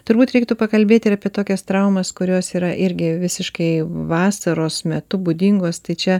turbūt reiktų pakalbėti ir apie tokias traumas kurios yra irgi visiškai vasaros metu būdingos tai čia